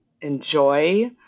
enjoy